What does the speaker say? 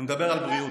אני מדבר על בריאות,